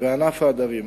וענף ההדרים.